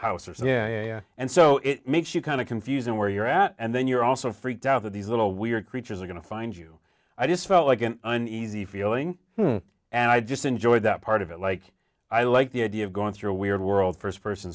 so yeah and so it makes you kind of confusing where you're at and then you're also freaked out that these little weird creatures are going to find you i just felt like an uneasy feeling and i just enjoyed that part of it like i like the idea of going through a weird world first person